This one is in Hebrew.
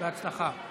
בהצלחה.